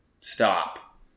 Stop